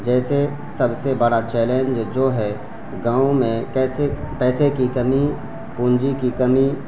جیسے سب سے بڑا چیلنج جو ہے گاؤں میں کیسے پیسے کی کمی پونجی کی کمی